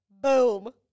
Boom